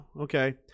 Okay